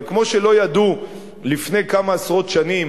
אבל כמו שלא ידעו לפני כמה עשרות שנים